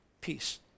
peace